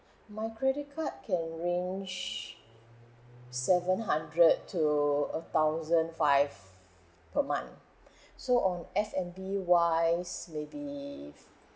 my credit card can range seven hundred to a thousand five per month so on F&B wise maybe